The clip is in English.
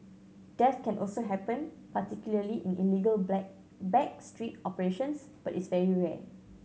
death can also happen particularly in illegal black back street operations but is very rare